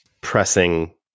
pressing –